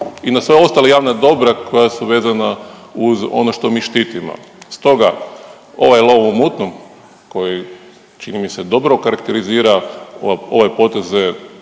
i na sve ostala javna dobra koja su vezana uz ono što mi štitimo. Stoga ovaj lov u mutnom koji, čini mi se, dobro karakterizira ovaj poteze,